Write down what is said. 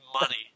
money